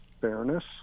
fairness